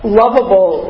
lovable